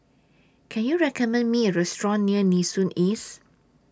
Can YOU recommend Me A Restaurant near Nee Soon East